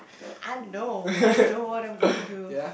I know I know what I'm gonna do